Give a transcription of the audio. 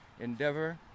endeavor